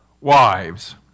wives